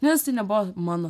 nes tai nebuvo mano